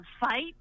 fight